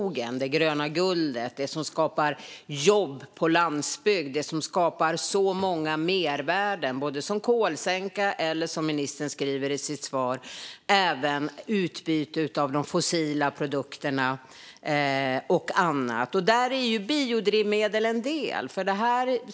Skogen är det gröna guldet som skapar jobb på landsbygden och som skapar så många mervärden, till exempel som kolsänka och när det gäller utbyte av de fossila produkterna som ministern talar om i sitt svar. Där är ju biodrivmedel en del.